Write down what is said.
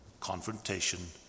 Confrontation